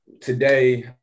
today